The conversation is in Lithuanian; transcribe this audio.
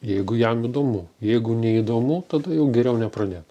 jeigu jam įdomu jeigu neįdomu tada jau geriau nepradėt